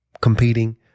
competing